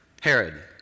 Herod